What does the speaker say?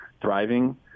thriving